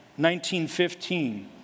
1915